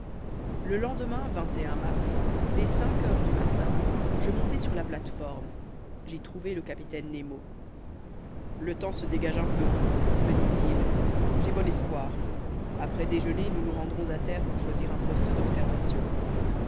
le lendemain mars dès cinq heures du matin je montai sur la plate-forme j'y trouvai le capitaine nemo le temps se dégage un peu me dit-il j'ai bon espoir après déjeuner nous nous rendrons à terre pour choisir un poste d'observation